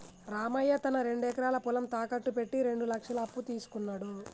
రామయ్య తన రెండు ఎకరాల పొలం తాకట్టు పెట్టి రెండు లక్షల అప్పు తీసుకున్నడు